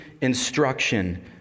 instruction